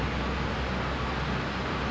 like today is like my